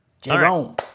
Jerome